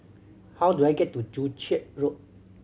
how do I get to Joo Chiat Road